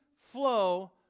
flow